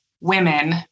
women